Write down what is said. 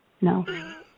No